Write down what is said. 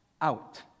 out